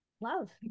love